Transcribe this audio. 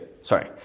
sorry